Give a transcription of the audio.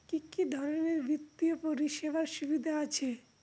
কি কি ধরনের বিত্তীয় পরিষেবার সুবিধা আছে?